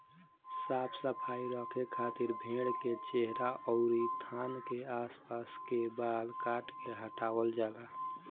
साफ सफाई रखे खातिर भेड़ के चेहरा अउरी थान के आस पास के बाल काट के हटावल जाला